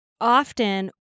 often